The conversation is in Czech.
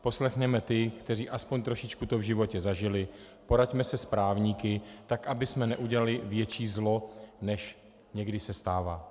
Poslechněme ty, kteří aspoň trošičku to v životě zažili, poraďme se s právníky, tak abychom neudělali větší zlo, než někdy se stává.